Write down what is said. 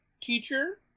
teacher